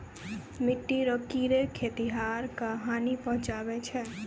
मिट्टी रो कीड़े खेतीहर क हानी पहुचाबै छै